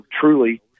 truly